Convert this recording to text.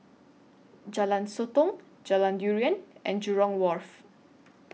Jalan Sotong Jalan Durian and Jurong Wharf